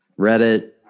Reddit